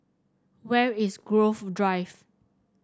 where is Grove Drive